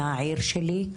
מהעיר שלי.